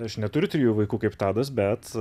aš neturiu trijų vaikų kaip tadas bet